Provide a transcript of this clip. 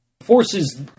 forces